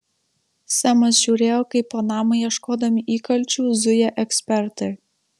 semas žiūrėjo kaip po namą ieškodami įkalčių zuja ekspertai